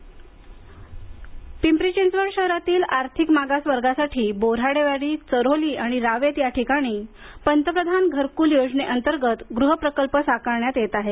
पिंपरी चिंचवड पिंपरी चिंचवड शहरातील आर्थिक मागास वर्गासाठी बोऱ्हाडे वाडी चऱ्होली आणि रावेत या ठिकाणी पंतप्रधान घरकुल योजने अंतर्गत गृहप्रकल्प साकारण्यात येत आहे